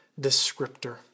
descriptor